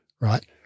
right